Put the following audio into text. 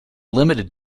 limited